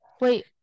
wait